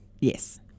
Yes